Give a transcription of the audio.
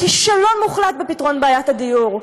כישלון מוחלט בפתרון בעיית הדיור,